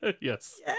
yes